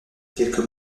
quelques